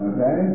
Okay